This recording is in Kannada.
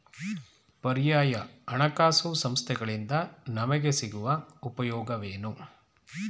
ಪರ್ಯಾಯ ಹಣಕಾಸು ಸಂಸ್ಥೆಗಳಿಂದ ನಮಗೆ ಸಿಗುವ ಉಪಯೋಗವೇನು?